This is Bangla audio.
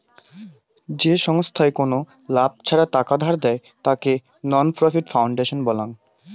যে ছংস্থার কোনো লাভ ছাড়া টাকা ধার দেয়, তাকে নন প্রফিট ফাউন্ডেশন বলাঙ্গ